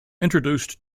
introduced